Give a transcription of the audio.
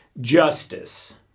justice